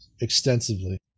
extensively